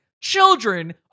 children